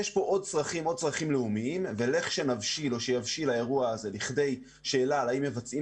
יש כאן עוד צרכים לאומיים וכאשר יבשיל האירוע הזה לכדי שאלה האם מבצעים